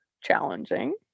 challenging